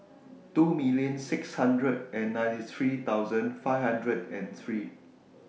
two million six hundred and ninety three thousand five hundred and three